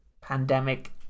pandemic